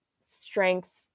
strengths